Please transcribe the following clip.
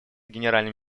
генеральным